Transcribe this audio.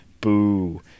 boo